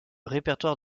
répertoire